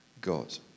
God